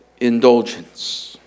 indulgence